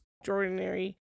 extraordinary